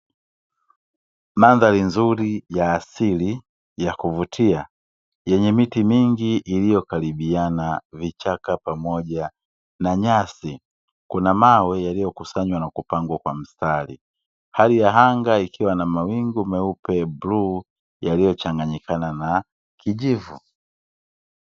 Mandhari nzuri ya asili ya kuvutia yenye miti mingi iliyokaribiana na vichaka pamoja na nyasi. Kuna mawe yaliyokusanywa na kupangwa kwa mstari hali ya anga ikiwa ni mawingu meupe, bluu yaliyochanganyikana na kijivu.